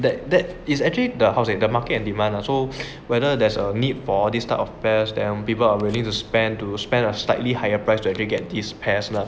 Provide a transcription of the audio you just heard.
that that is actually the how to say the market and demand lah so whether there's a need for this type of pairs than people are willing to spend to spend a slightly higher price to get these pairs lah